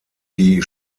die